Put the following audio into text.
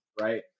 right